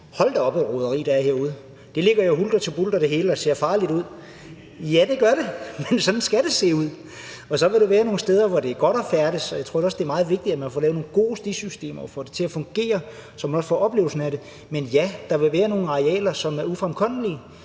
Hold da op, et roderi, der er herude; det hele ligger jo hulter til bulter og ser farligt ud. Og ja, det gør det, men sådan skal det se ud. Der vil så være nogle steder, hvor det er godt at færdes, og jeg tror da også, det er meget vigtigt, at man får lavet nogle gode stisystemer og får det til at fungere, så man også får oplevelsen af det. Men ja, der vil være nogle arealer, som er ufremkommelige,